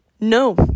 no